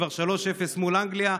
כבר 3:0 מול אנגליה.